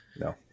no